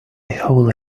whole